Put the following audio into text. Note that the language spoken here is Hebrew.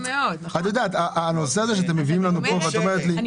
הנושא שאתם מביאים לנו פה ואת אומרת לי --- אני